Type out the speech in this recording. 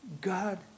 God